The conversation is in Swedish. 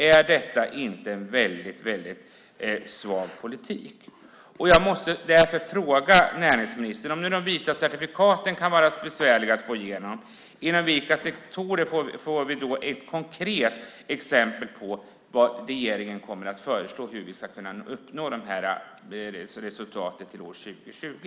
Är detta inte en väldigt svag politik? Jag måste därför fråga näringsministern: Om nu de vita certifikaten kan vara besvärliga att få igenom, inom vilka sektorer får vi då ett konkret exempel på vad regeringen kommer att föreslå om hur vi ska kunna uppnå det här resultatet till år 2020?